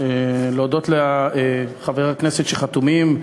להודות לחברי הכנסת החתומים,